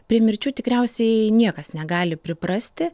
prie mirčių tikriausiai niekas negali priprasti